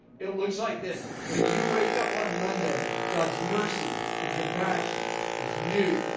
it looks like this, when you wake up on monday, god's mercy and compassion is new,